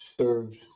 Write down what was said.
serves